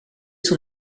son